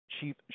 Chief